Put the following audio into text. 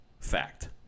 Fact